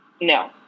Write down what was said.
No